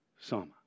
sama